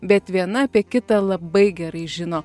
bet viena apie kitą labai gerai žino